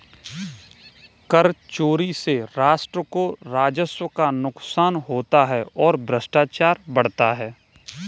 कर चोरी से राष्ट्र को राजस्व का नुकसान होता है और भ्रष्टाचार बढ़ता है